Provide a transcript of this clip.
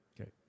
Okay